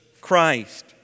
Christ